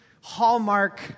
hallmark